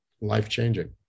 life-changing